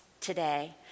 today